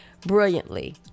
brilliantly